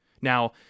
Now